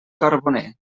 carboner